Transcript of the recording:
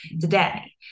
today